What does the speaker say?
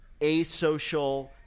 asocial